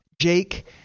Jake